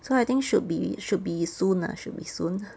so I think should be should be soon lah should be soon